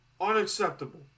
Unacceptable